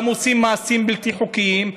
גם עושים מעשים בלתי חוקיים,